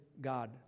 God